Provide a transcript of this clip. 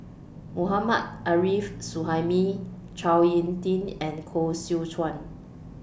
Mohammad Arif Suhaimi Chao Tin and Koh Seow Chuan